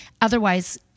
otherwise-